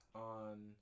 on